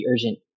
urgent